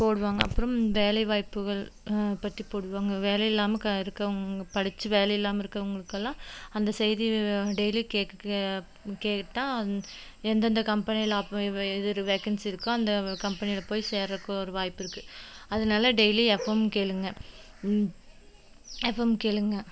போடுவாங்க அப்புறம் வேலைவாய்ப்புகள் பற்றி போடுவாங்க வேலையில்லாமல் க இருக்கவங்க படித்து வேலையில்லாமல் இருக்கவங்களுக்கெல்லாம் அந்த செய்திகளை டெய்லி கேக் கேட்டால் அந் எந்தெந்த கம்பெனியில் வேக்கன்ஸி இருக்கோ அந்த கம்பெனியில் போய் சேரக்கு ஒரு வாய்ப்பு இருக்குது அதனால டெய்லி எஃப்எம் கேளுங்க எஃப்எம் கேளுங்க